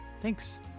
Thanks